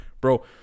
Bro